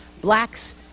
blacks